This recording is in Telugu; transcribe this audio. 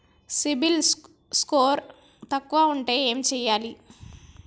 సిబిల్ స్కోరు తక్కువ ఉంటే ఏం చేయాలి?